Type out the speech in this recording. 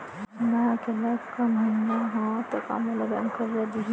मैं अकेल्ला कमईया हव त का मोल बैंक करजा दिही?